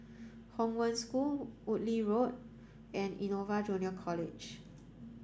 Hong Wen School Woodleigh Lane and Innova Junior College